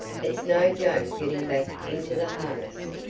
it's no joke getting back into the harness.